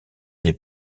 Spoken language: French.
des